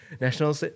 National